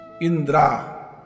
Indra